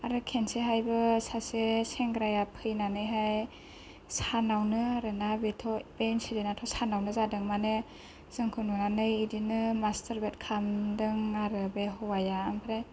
आरो खेनसेहायबो सासे सेंग्राया फैनानैहाय सानावनो आरोना बेथ' बे इनसिदेन्थआथ' सानावनो जादों माने जोंखौ नुनानै बिदिनो मासथारबेथ खालामदों आरो बे हौवाया